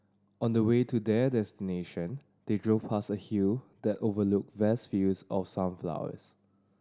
on the way to their destination they drove past a hill that overlooked vast fields of sunflowers